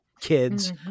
kids